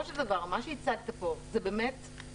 מה שהצגת פה זו תמונה,